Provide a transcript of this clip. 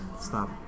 stop